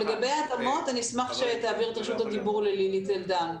לגבי ההתאמות אני אשמח שתעבירו את רשות הדיבור ללילי טלדן.